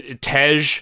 Tej